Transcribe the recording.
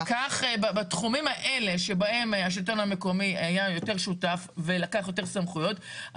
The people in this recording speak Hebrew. בתחומים האלה שהשלטון המקומי היה יותר שותף ולקח יותר סמכויות,